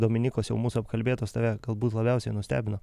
dominykos jau mūsų apkalbėtos tave galbūt labiausiai nustebino